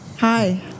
Hi